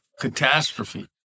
catastrophe